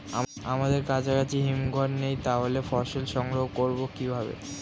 আমাদের কাছাকাছি হিমঘর নেই তাহলে ফসল সংগ্রহ করবো কিভাবে?